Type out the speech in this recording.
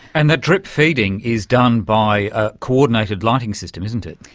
and that drip-feeding is done by a coordinated lighting system, isn't it.